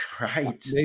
right